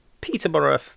Peterborough